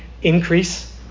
increase